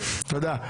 תודה.